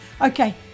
Okay